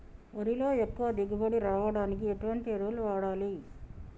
వరిలో ఎక్కువ దిగుబడి రావడానికి ఎటువంటి ఎరువులు వాడాలి?